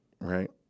Right